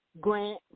Grant